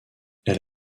elle